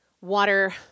water